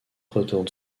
retourne